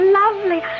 lovely